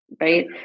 right